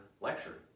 lecture